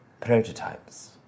Prototypes